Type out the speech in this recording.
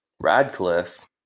Radcliffe